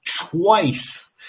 twice